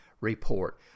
report